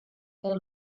els